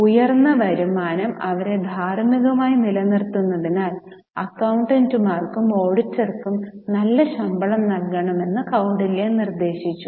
ഉയർന്ന വരുമാനം അവരെ ധാർമ്മികമായി നിലനിർത്തുന്നതിനാൽ അക്കൌണ്ടന്റുമാർക്കും ഓഡിറ്റർക്കും നല്ല ശമ്പളം നൽകണമെന്ന് കൌടില്യ നിർദ്ദേശിച്ചു